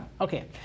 Okay